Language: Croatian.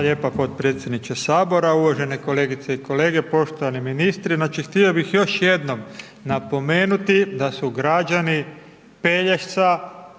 lijepa potpredsjedniče Sabora, uvažene kolegice i kolege, poštovani ministri. Znači htio bih još jednom napomenuti da su građani Pelješca